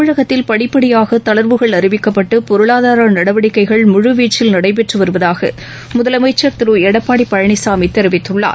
தமிழகத்தில் படிப்படியாக தளர்வுகள் அறிவிக்கப்பட்டு பொருளதார நடவடிக்கைகள் முமுவீச்சில் நடைபெற்று வருவதாக முதலமைச்சர் திரு எடப்பாடி பழனிசாமி தெரிவித்துள்ளார்